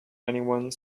anyone